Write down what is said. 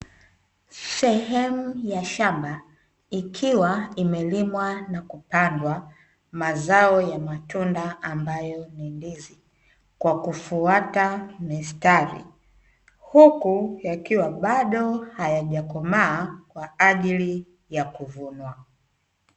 Sehemu ya shamba ikiwa imelimwa na kupandwa mazao ya matunda, ambayo ya ni ndizi, kwa kufuata mistari, huku yakiwa bado yajakomaa kwa ajili ya kuvunwa.